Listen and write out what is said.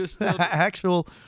Actual